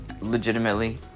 legitimately